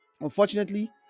Unfortunately